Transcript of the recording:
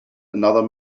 another